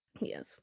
Yes